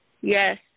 Yes